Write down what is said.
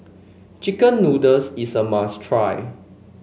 chicken noodles is a must try